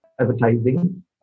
advertising